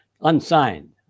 unsigned